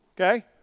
Okay